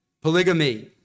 polygamy